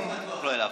לא העלבת.